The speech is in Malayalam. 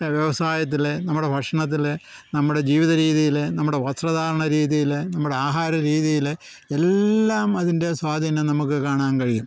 വ്യവസായത്തിൽ നമ്മുടെ ഭക്ഷണത്തിൽ നമ്മുടെ ജീവിത രീതിയിൽ നമ്മുടെ വസ്ത്രധാരണ രീതിയിൽ നമ്മുടെ ആഹാര രീതിയിൽ എല്ലാം അതിൻ്റെ സ്വാധീനം നമുക്ക് കാണാൻ കഴിയും